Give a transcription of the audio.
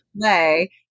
play